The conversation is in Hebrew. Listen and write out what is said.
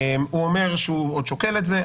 הוא אומר שהוא עוד שוקל את זה.